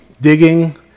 digging